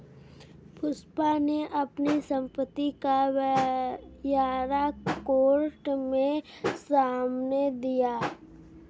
पुष्पा ने अपनी संपत्ति का ब्यौरा कोर्ट के सामने दिया